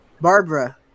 barbara